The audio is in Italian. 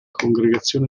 congregazione